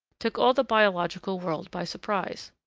took all the biological world by surprise.